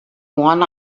one